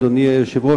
אדוני היושב-ראש,